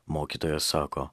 mokytojas sako